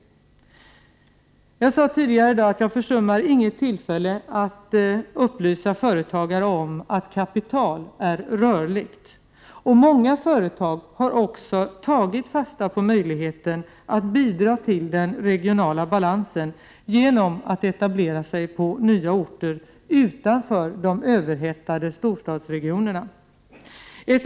Jag sade tidigare i dag att jag inte försummar något tillfälle att upplysa företagare om att kapital är rörligt. Många företag har också tagit fasta på möjligheten att bidra till den regionalpolitiska balansen genom att etablera sig på nya orter utanför de överhettade storstadsregionerna.